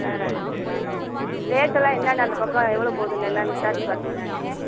ஆ ரேட்டெல்லாம் என்னென்னு அந்தப் பக்கம் எவ்வளோ போகுதுன்னு என்னென்னு விசாரித்துப் பார்த்தீங்களாண்ணே